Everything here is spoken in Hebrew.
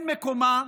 אין מקומה.